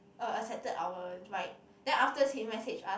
uh accepted our ride then afterwards he message us